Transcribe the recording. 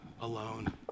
alone